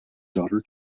daughter